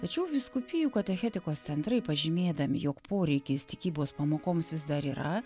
tačiau vyskupijų katechetikos centrai pažymėdami jog poreikis tikybos pamokoms vis dar yra